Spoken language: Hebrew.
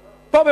פה,